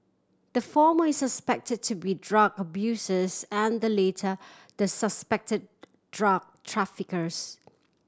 the former is suspected to be drug abusers and the latter the suspected drug traffickers